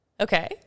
Okay